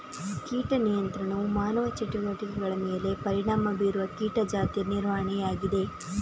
ಕೀಟ ನಿಯಂತ್ರಣವು ಮಾನವ ಚಟುವಟಿಕೆಗಳ ಮೇಲೆ ಪರಿಣಾಮ ಬೀರುವ ಕೀಟ ಜಾತಿಯ ನಿರ್ವಹಣೆಯಾಗಿದೆ